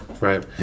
right